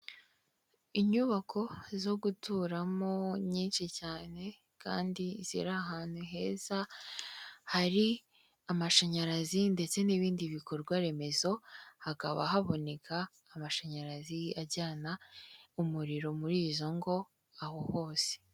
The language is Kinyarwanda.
Inyubako zo guturamo nyinshi cyane kandi ziri ahantu heza hari amashanyarazi ndetse n'ibindi bikorwaremezo hakaba haboneka amashanyarazi ajyana umuriro muri izo ngo aho hose.